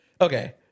okay